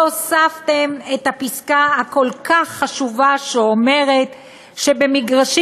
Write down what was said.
והוספתם את הפסקה הכל-כך חשובה שאומרת: במגרשים